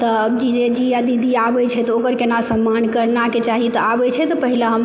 तऽ जिजेजी या दीदी आबै छै तऽ ओकर केना सम्मान करबाके चाही तऽ आबै छै तऽ पहिले हम